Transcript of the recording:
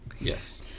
yes